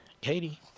Katie